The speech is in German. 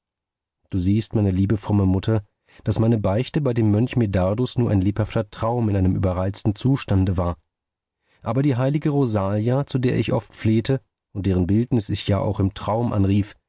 du siehst meine liebe fromme mutter daß meine beichte bei dem mönch medardus nur ein lebhafter traum in einem überreizten zustande war aber die heilige rosalia zu der ich oft flehte und deren bildnis ich ja auch im traum anrief